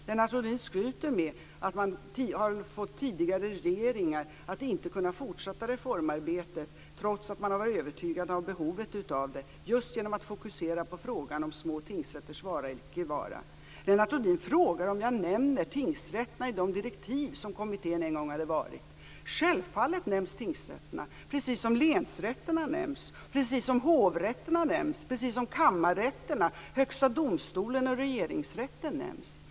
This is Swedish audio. Lennart Rohdin skryter med att man har fått tidigare regeringar att inte kunna fortsätta reformarbetet trots att man har varit övertygad om behovet av det just genom att fokusera på frågan om små tingsrätters vara eller icke vara. Lennart Rohdin frågar om jag nämner tingsrätterna i direktiven till kommittén. Självfallet nämns tingsrätterna, precis som länsrätterna, hovrätterna, kammarrätterna, Högsta domstolen och Regeringsrätten nämns.